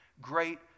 great